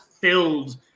filled